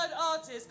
artists